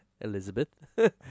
Elizabeth